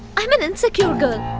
um an insecure girl.